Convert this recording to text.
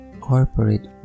corporate